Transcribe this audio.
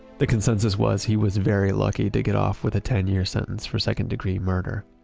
the consensus was he was very lucky to get off with a ten-year sentence for second-degree murder